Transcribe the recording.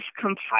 compile